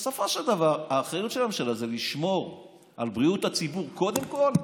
ובסופו של דבר האחריות של הממשלה זה לשמור על בריאות הציבור קודם כול,